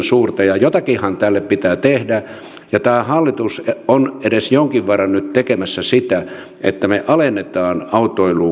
jotakinhan tälle pitää tehdä ja tämä hallitus on edes jonkin verran nyt tekemässä sillä että me alennamme autoiluun kohdistuvaa verotusta